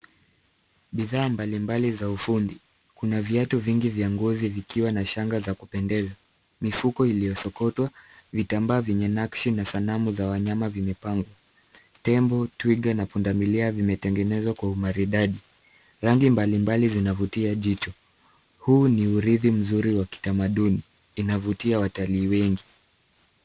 Bidhaa mbalimbali za ufundi. Kuna viatu vingi vya ngozi vikiwa na shanga za kupendeza, mifuko iliyosokotwa, vitambaa vyenye nakshi na sanamu za wanyama vimepangwa. Tembo, twiga na pundamilia vimetengenezwa kwa umaridadi. Rangi mbalimbali zinavutia jicho. Huu ni urithi mzuri wa kitamaduni. Inavutia watalii wengi.